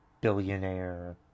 billionaire